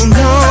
no